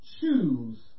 Choose